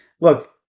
look